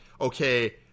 okay